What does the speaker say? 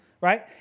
right